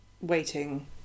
waiting